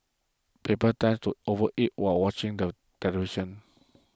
people tend to overeat while watching the television